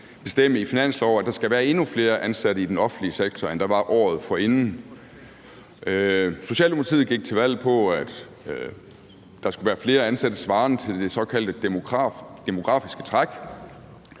bestemme i en finanslov, at der skal være endnu flere ansatte i den offentlige sektor, end der var året forinden. Socialdemokratiet gik til valg på, at der skulle være flere ansatte svarende til det såkaldte demografiske træk.